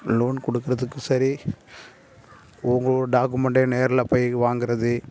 loan கொடுக்குறதுக்கு சரி ஒவ்வொரு டாக்குமெண்ட்டையும் நேர்ல போய் வாங்குறது